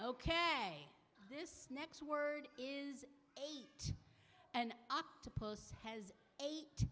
ok this next word is eight and octopus has eight